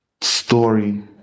story